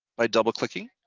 by double clicking,